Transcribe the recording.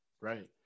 Right